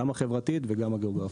גם החברתית וגם הגיאוגרפית.